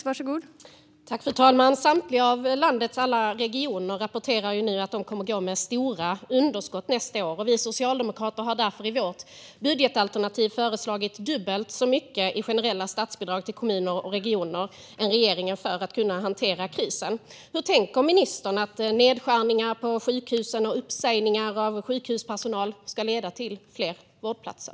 Fru talman! Samtliga av landets regioner rapporterar nu att de kommer att gå med stora underskott nästa år. Vi socialdemokrater har därför i vårt budgetalternativ föreslagit dubbelt så mycket generella statsbidrag till kommuner och regioner som regeringen har gjort. Det handlar om att de ska kunna hantera krisen. Hur tänker ministern att nedskärningar på sjukhusen och uppsägningar av sjukhuspersonal ska leda till fler vårdplatser?